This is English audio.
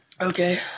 Okay